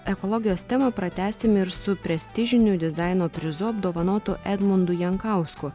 ekologijos temą pratęsim ir su prestižiniu dizaino prizu apdovanotu edmundu jankausku